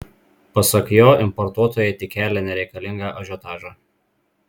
pasak jo importuotojai tik kelia nereikalingą ažiotažą